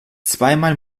zweimal